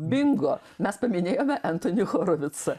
bingo mes paminėjome entoni horovicą